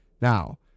Now